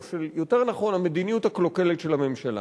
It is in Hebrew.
או יותר נכון של המדיניות הקלוקלת של הממשלה.